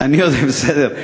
אני מקשיב.